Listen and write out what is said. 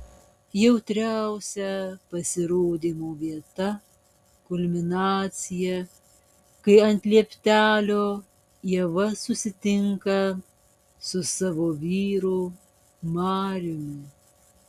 jautriausia pasirodymo vieta kulminacija kai ant lieptelio ieva susitinka su savo vyru mariumi